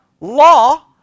Law